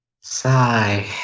Sigh